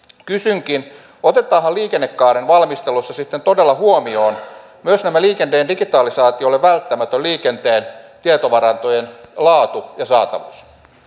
kysynkin otetaanhan liikennekaaren valmistelussa sitten todella huomioon myös tämä liikenteen digitalisaatiolle välttämätön liikenteen tietovarantojen laatu ja saatavuus